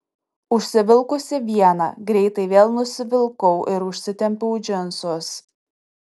užsivilkusi vieną greitai vėl nusivilkau ir užsitempiau džinsus